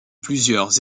plusieurs